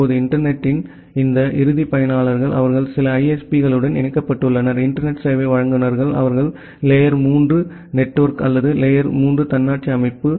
இப்போது இன்டர்நெட் த்தின் இந்த இறுதி பயனர்கள் அவர்கள் சில ISP களுடன் இணைக்கப்பட்டுள்ளனர் இன்டர்நெட் சேவை வழங்குநர்கள் அவர்கள் லேயர் 3 நெட்வொர்க் அல்லது லேயர் 3 தன்னாட்சி அமைப்பு